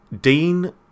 Dean